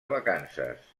vacances